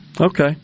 Okay